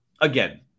again